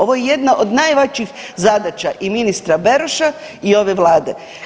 Ovo je jedna od najvećih zadaća i ministra Beroša i ove Vlade.